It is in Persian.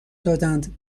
دادند